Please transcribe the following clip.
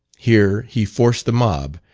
here he forced the mob,